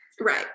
Right